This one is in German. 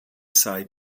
sei